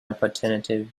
opportunity